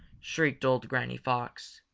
shrieked old granny fox.